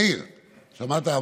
מאיר, שמעת?